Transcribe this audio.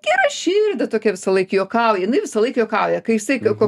geraširdė tokia visąlaik juokauja jinai visąlaik juokauja kai jisai ko ko